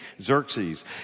Xerxes